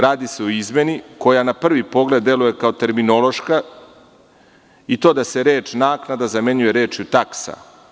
Radi se o izmeni koja na prvi pogled deluje kao terminološka i to da se reč: „naknada“ zamenjuje rečju: „taksa“